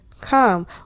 come